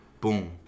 Boom